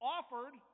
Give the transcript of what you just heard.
Offered